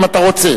אם אתה רוצה.